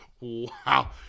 Wow